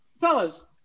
fellas